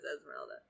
Esmeralda